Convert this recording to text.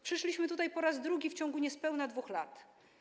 Przyszliśmy tutaj po raz drugi w ciągu niespełna 2 lat.